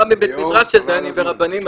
בא מבית מדרש של דיינים ורבנים,